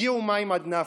הגיעו מים עד נפש.